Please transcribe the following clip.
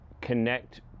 connect